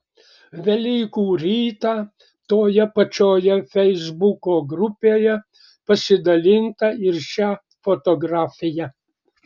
velykų rytą toje pačioje feisbuko grupėje pasidalinta ir šia fotografija